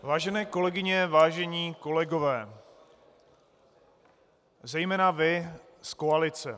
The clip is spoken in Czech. Vážené kolegyně, vážení kolegové, zejména vy z koalice.